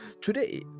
Today